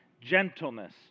gentleness